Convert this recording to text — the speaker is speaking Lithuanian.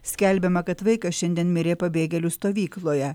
skelbiama kad vaikas šiandien mirė pabėgėlių stovykloje